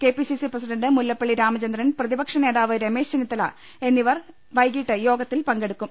K P C C president Mullappally Ramachandran പ്രതിപക്ഷനേതാവ് രമേശ് ചെന്നിത്തല എന്നിവർ വൈകീട്ട് യോഗത്തിൽ പങ്കെടൂക്കും